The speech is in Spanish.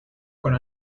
con